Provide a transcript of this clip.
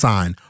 Sign